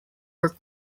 were